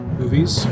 movies